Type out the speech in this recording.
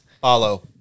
Follow